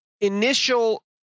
initial